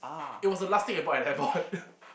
it was the last thing I bought at airport